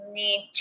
need